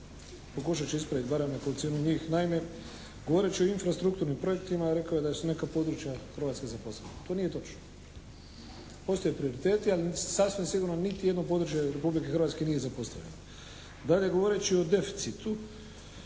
Pokušat ću ispraviti barem nekolicinu njih. Naime, govoreći o infrastrukturnim projektima rekao je da su neka područja Hrvatske zapostavljena. To nije točno. Postoje prioriteti ali sasvim sigurno niti jedno područje Republike Hrvatske nije zapostavljeno. Dalje, govoreći o deficitu,